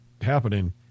happening